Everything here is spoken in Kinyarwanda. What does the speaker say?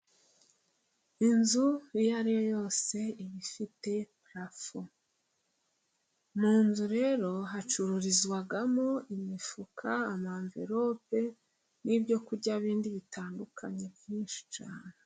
Inzu iyo ari yo yose iba ifite parafo. Mu nzu rero hacururizwamo imifuka, amanvelope n'ibyo kurya bindi bitandukanye byinshi cyane.